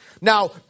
Now